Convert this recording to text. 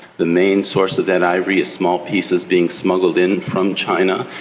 the main source of that ivory is small pieces being smuggled in from china,